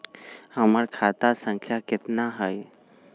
हमर खाता संख्या केतना हई?